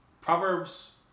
Proverbs